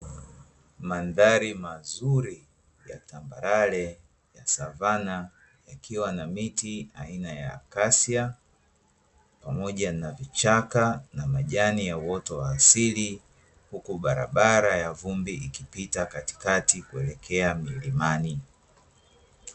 Mandhari mazuri ya tambarare ya savana ikiwa na miti aina ya "Kasia" pamoja na vichaka na majani ya uoto wa asili, huku barabara ya vumbi ikipita katikati kuelekea milimani.